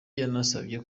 yanasabye